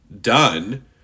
done